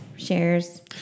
Shares